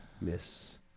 Miss